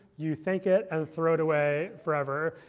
you thank it, and throw it away forever.